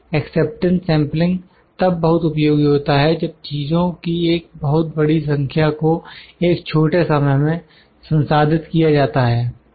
acceptance sampling तब बहुत उपयोगी होता है जब चीजों की एक बहुत बड़ी संख्या को एक छोटे समय में संसाधित किया जाता है